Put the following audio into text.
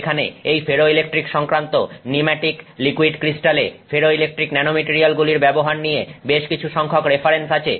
এখানে এই ফেরোইলেকট্রিক সংক্রান্ত নিম্যাটিক লিকুইড ক্রিস্টাল এ ফেরোইলেকট্রিক ন্যানোমেটারিয়ালগুলির ব্যবহার নিয়ে বেশ কিছু সংখ্যক রেফারেন্স আছে